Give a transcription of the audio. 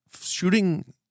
shooting